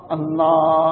Allah